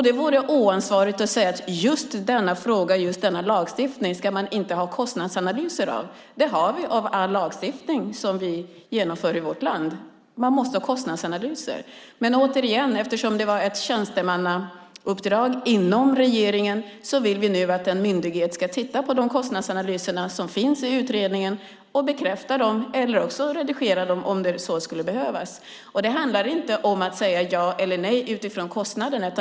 Det vore oansvarigt att säga att man för just denna fråga och lagstiftning inte ska ha kostnadsanalyser. Det har vi för all lagstiftning som vi genomför i vårt land. Men eftersom det var ett tjänstemannauppdrag inom Regeringskansliet vill vi att en myndighet ska titta på de kostnadsanalyser som finns i utredningen och bekräfta dem eller redigera dem om det behövs. Det handlar inte om att säga ja eller nej utifrån kostnaderna.